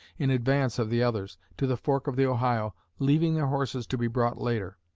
in advance of the others, to the fork of the ohio, leaving their horses to be brought later.